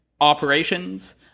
operations